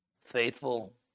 faithful